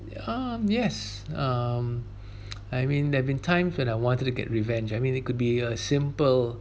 um yes um I mean there've been times when I wanted to get revenge I mean it could be a simple